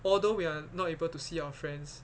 although we are not able to see our friends